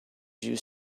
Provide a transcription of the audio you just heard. you